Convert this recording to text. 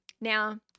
Now